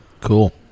Cool